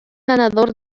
ganador